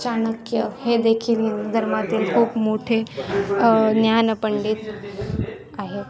चाणक्य हे देखील हिंदू धर्मातील खूप मोठे ज्ञानपंडित आहेत